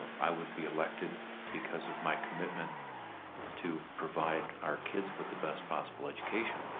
i would be elected because of my commitment to provide our kids with the best possible education.